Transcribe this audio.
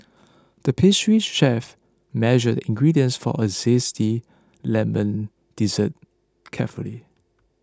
the pastry chef measured the ingredients for a Zesty Lemon Dessert carefully